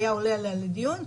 היה עולה אליה לדיון.